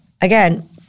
Again